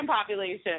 population